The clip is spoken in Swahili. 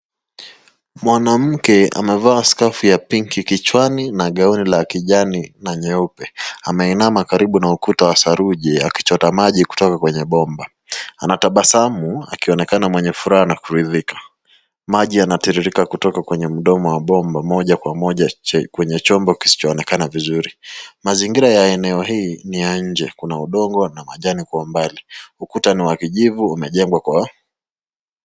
Mwanamke amevaa scarf ya pinki kichwani na gauni la kijani na nyeupe. Ameinama kwenye ukuta wa saruji akichota maji kutoka kwenye bomba. Anatabasamu akionekana mwenye furaha na kuridhika, maji yanatiririka kutoka mdomo wa bomba moja kwa moja kwenye chombo kisichoonekana vizuri. Mazingira ya eneo hii ni ya nje kuna udongo na majani yanayoonekana kwa umbali.